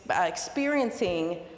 experiencing